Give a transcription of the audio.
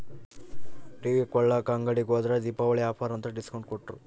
TV ಕೊಳ್ಳಾಕ ಅಂಗಡಿಗೆ ಹೋದ್ರ ದೀಪಾವಳಿ ಆಫರ್ ಅಂತ ಡಿಸ್ಕೌಂಟ್ ಕೊಟ್ರು